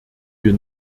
wir